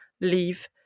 leave